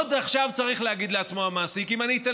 ועוד עכשיו צריך להגיד לעצמו המעסיק: אם אני אתן